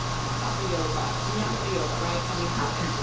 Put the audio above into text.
you know, hatha yoga, vinyasa yoga, right? and we have it.